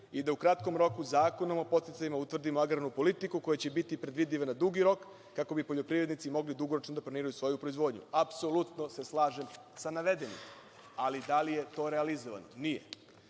i da u kratkom roku Zakonom o podsticajima utvrdimo agrarnu politiku, koja će biti predvidiva na dugi rok, kako bi poljoprivrednici mogli dugoročno da planiraju svoju proizvodnju. Apsolutno se slažem sa navedenim, ali da li je to realizovano? Nije.